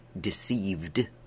deceived